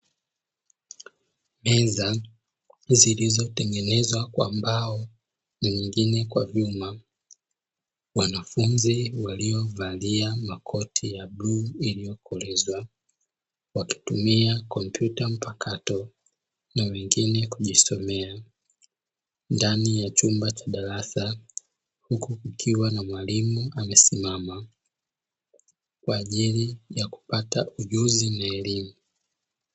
Meza zilizotengenezwa kwa mbao na zingine kwa vyuma, wanafunzi waliovalia makoti ya bluu iliyokolezwa wakitumia kompyuta mpakato na wengine kujisomea ndani ya chumba cha darasa, huku kukiwa na mwalimu amesimama kwa ajili ya kupata ujuzi na elimu.